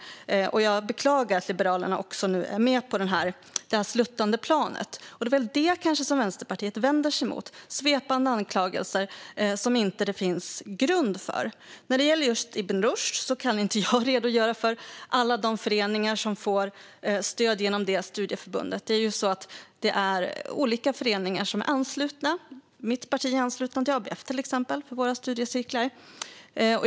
Jag beklagar att Liberalerna nu är med på detta sluttande plan. Det är kanske det som Vänsterpartiet vänder sig mot, alltså svepande anklagelser som det inte finns grund för. När det gäller just Ibn Rushd kan inte jag redogöra för alla de föreningar som får stöd genom detta studieförbund. Det är olika föreningar som är anslutna. Mitt parti är till exempel anslutet till ABF för våra studiecirklar.